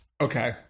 Okay